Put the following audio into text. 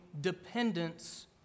dependence